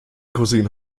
cousin